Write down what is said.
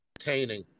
entertaining